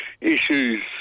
issues